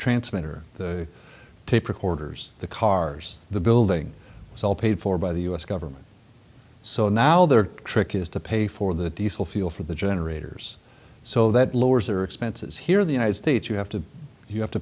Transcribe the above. transmitter the tape recorders the cars the building it's all paid for by the us government so now they're trick is to pay for the diesel fuel for the generators so that lowers their expenses here in the united states you have to you have to